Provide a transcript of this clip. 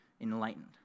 enlightened